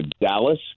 Dallas